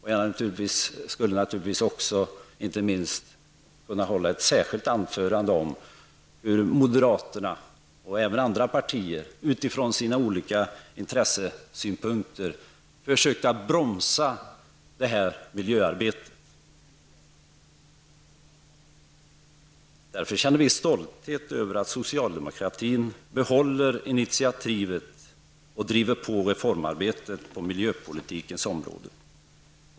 Jag skulle kunna hålla ett särskilt anförande om hur moderaterna och även andra partier utifrån sina olika intressynpunkter försökte att bromsa detta miljöarbete. Vi känner stolthet över att socialdemokratin behåller initiativet och driver på reformarbetet på miljöpolitikens område.